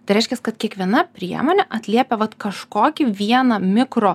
tai reiškias kad kiekviena priemonė atliepia vat kažkokį vieną mikro